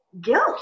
guilt